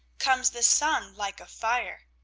comes the sun like a fire.